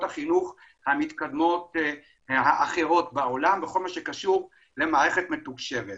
החינוך המתקדמות והאחרות בעולם בכל מה שקשור למערכת מתוקשבת.